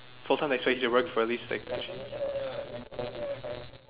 full time they expect you to work for at least like